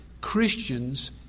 Christians